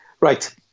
Right